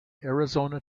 arizona